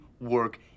work